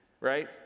right